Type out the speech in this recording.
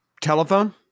telephone